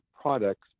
products